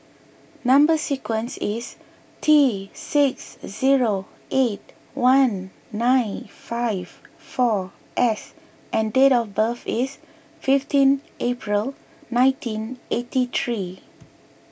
Number Sequence is T six zero eight one nine five four S and date of birth is fifteen April nineteen eighty three